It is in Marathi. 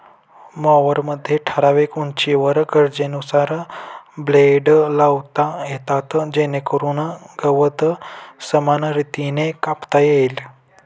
मॉवरमध्ये ठराविक उंचीवर गरजेनुसार ब्लेड लावता येतात जेणेकरून गवत समान रीतीने कापता येईल